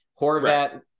Horvat